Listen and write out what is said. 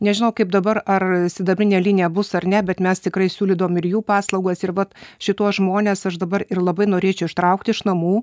nežinau kaip dabar ar sidabrinė linija bus ar ne bet mes tikrai siūlydavom ir jų paslaugas ir va šituos žmones aš dabar ir labai norėčiau ištraukti iš namų